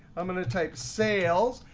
i'm going to type sales.